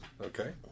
Okay